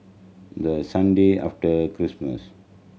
the Sunday after Christmas